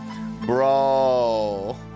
Bro